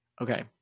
okay